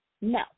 No